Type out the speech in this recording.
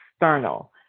external